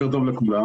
בוקר טוב לכולם.